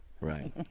Right